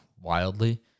wildly